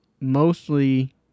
Mostly